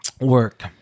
Work